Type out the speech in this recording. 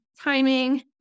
timing